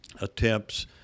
attempts